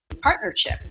partnership